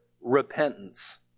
repentance